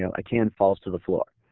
so a can falls to the floor.